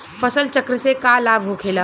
फसल चक्र से का लाभ होखेला?